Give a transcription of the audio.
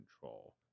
control